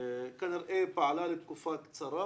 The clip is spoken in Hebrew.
כנראה פעלה לתקופה קצרה